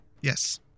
Yes